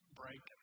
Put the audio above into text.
break